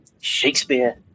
Shakespeare